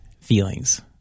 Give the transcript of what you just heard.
feelings